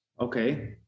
Okay